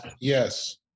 yes